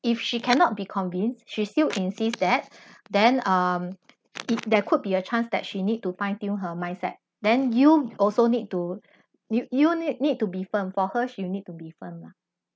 if she cannot be convinced she still insist that then um if there could be a chance that she need to fine-tune her mindset then you also need to you you need to be firm for her she would need to be firm lah